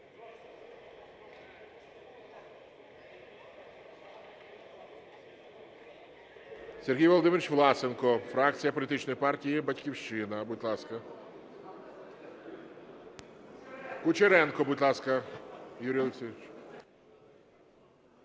Сергій Володимирович Власенко, фракція політичної партії "Батьківщина", будь ласка. Кучеренко, будь ласка,